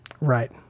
Right